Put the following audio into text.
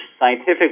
scientific